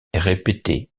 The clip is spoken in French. répétés